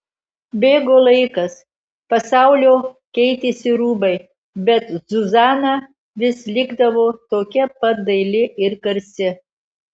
bėgo laikas pasaulio keitėsi rūbai bet zuzana vis likdavo tokia pat daili ir garsi